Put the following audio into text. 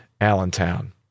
Allentown